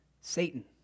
Satan